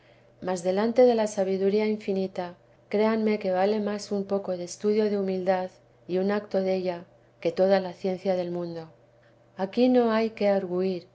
mas delante de la sabiduría infinita créanme que vale más un poco de estudio de humildad y un acto della que toda la ciencia del mundo aquí no hay que